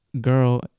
girl